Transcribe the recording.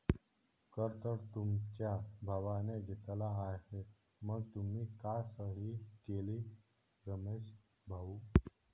कर तर तुमच्या भावाने घेतला आहे मग तुम्ही का सही केली रमेश भाऊ?